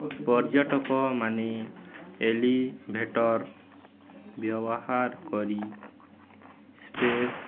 ପର୍ଯ୍ୟଟକମାନେ ଏଲିଭେଟର୍ ବ୍ୟବହାର କରି ସ୍ପେସ୍